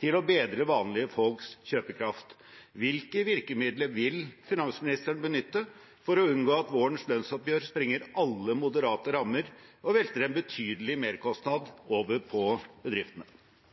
til å bedre vanlige folks kjøpekraft. Hvilke virkemidler vil finansministeren benytte for å unngå at vårens lønnsoppgjør sprenger alle moderate rammer og velter en betydelig merkostnad over på bedriftene?